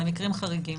למקרים חריגים.